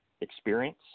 experience